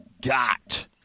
got